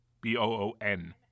b-o-o-n